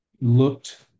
looked